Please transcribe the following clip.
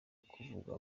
kuvugwa